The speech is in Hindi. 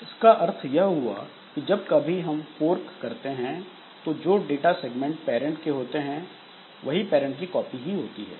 इसका अर्थ यह हुआ कि जब कभी हम फोर्क करते हैं तो जो डाटा सेगमेंटेड होते हैं वह पैरंट की कॉपी ही होता है